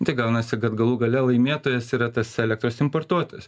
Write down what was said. tai gaunasi kad galų gale laimėtojas yra tas elektros importuotojas